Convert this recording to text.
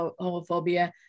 homophobia